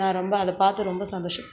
நான் ரொம்ப அதை பார்த்து ரொம்ப சந்தோசப்படுவேன்